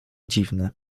dziwne